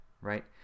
right